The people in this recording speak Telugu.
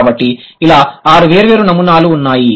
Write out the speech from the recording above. కాబట్టి ఇలా 6 వేర్వేరు నమూనాలు ఉన్నాయి